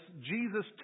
Jesus